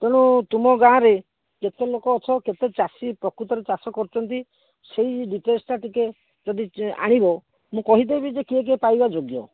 ତେଣୁ ତୁମ ଗାଁ'ରେ କେତେ ଲୋକ ଅଛ କେତେ ଚାଷୀ ପ୍ରକୃତରେ ଚାଷ କରୁଛନ୍ତି ସେଇ ଡିଟେଲ୍ସଟା ଟିକିଏ ଯଦି ଆଣିବ ମୁଁ କହିଦେବି ଯେ କିଏ କିଏ ପାଇବା ଯୋଗ୍ୟ